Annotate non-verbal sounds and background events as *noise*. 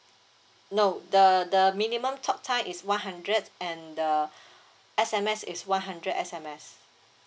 no the the minimum talk time is one hundred and the *breath* S_M_S is one hundred S_M_S